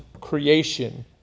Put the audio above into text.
creation